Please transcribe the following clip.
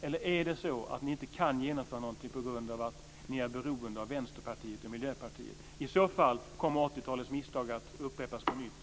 Eller är det så att ni inte kan genomföra något på grund av att ni är beroende av Vänsterpartiet och Miljöpartiet? I så fall kommer 80 talets misstag att upprepas på nytt.